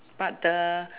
but the